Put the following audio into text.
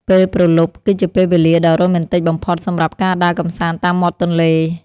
ពេលព្រលប់គឺជាពេលវេលាដ៏រ៉ូមែនទិកបំផុតសម្រាប់ការដើរកម្សាន្តតាមមាត់ទន្លេ។